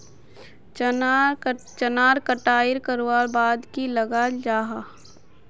चनार कटाई करवार बाद की लगा जाहा जाहा?